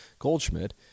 Goldschmidt